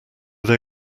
they